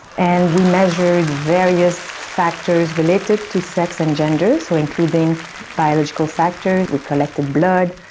and we measured various factors related to sex and gender, so including biological factors, we collected blood,